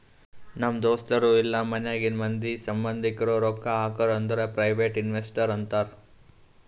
ನಮ್ ದೋಸ್ತರು ಇಲ್ಲಾ ಮನ್ಯಾಗಿಂದ್ ಮಂದಿ, ಸಂಭಂದಿಕ್ರು ರೊಕ್ಕಾ ಹಾಕುರ್ ಅಂದುರ್ ಪ್ರೈವೇಟ್ ಇನ್ವೆಸ್ಟರ್ ಅಂತಾರ್